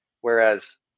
Whereas